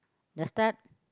the start